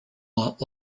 not